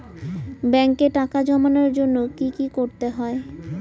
ব্যাংকে টাকা জমানোর জন্য কি কি করতে হয়?